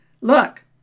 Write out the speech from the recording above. look